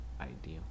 ideal